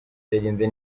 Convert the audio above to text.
cyagenze